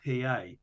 PA